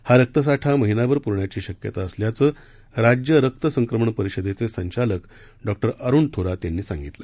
हा रक्तसाठा महिनाभर प्रवणार असल्याचं राज्य रक्त संक्रमण परिषदेचे संचालक डॉक्टर अरुण थोरात यांनी सांगितलं